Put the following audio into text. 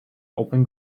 open